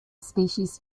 species